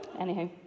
Anyhow